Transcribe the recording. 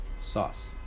Sauce